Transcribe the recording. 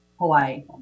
Hawaii